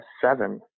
seven